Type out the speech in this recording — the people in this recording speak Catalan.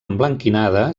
emblanquinada